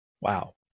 wow